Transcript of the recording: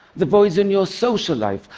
the voids in your social life,